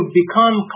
become